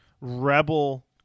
rebel